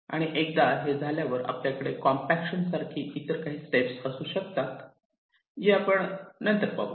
आणि एकदा हे झाल्यावर आपल्याकडे कॉम्पॅक्शनसारखी काही इतर स्टेप असू शकतात जी आपण नंतर पाहू